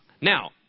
Now